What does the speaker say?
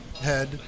head